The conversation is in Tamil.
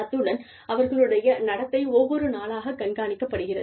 அத்துடன் அவர்களுடைய நடத்தை ஒவ்வொரு நாளாகக் கண்காணிக்கப்படுகிறது